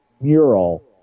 mural